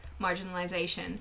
marginalization